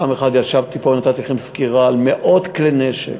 פעם אחת ישבתי פה ונתתי לכם סקירה על מאות כלי נשק.